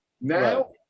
Now